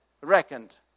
reckoned